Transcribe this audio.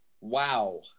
Wow